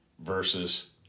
versus